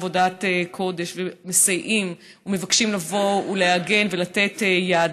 עבודת קודש ומסייעים ומבקשים לבוא ולהגן ולתת יד.